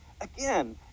Again